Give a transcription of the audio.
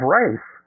race